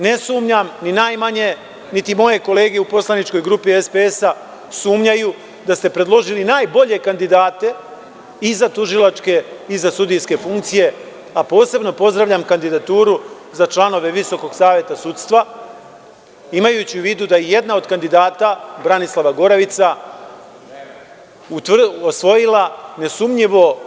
Ne sumnjam, ni najmanje, niti moje kolege u poslaničkog grupi SPS sumnjaju da ste predložili najbolje kandidate i za tužilačke i za sudijske funkcije, a posebno pozdravljam kandidaturu za članove Visokog saveta sudstva imajući u vidu da jedna od kandidata Branislava Gorevica, osvojila nesumnjivo…